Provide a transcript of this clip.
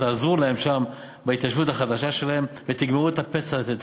תעזרו להם שם בהתיישבות החדשה שלהם ותגמרו את הפצע הזה,